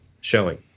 showing